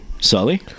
Sully